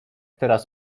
teraz